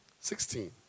Sixteen